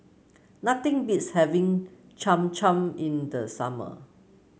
nothing beats having Cham Cham in the summer